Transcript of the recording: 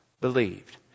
believed